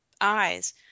eyes